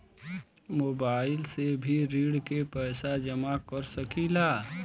Mobile से भी ऋण के पैसा जमा कर सकी ला?